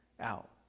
out